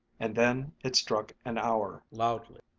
and then it struck an hour, loudly.